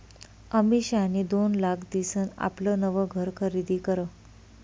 अमिषानी दोन लाख दिसन आपलं नवं घर खरीदी करं